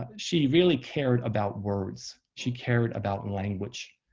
um she really cared about words. she cared about and language.